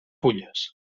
fulles